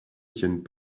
tiennent